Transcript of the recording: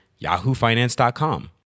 yahoofinance.com